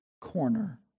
corner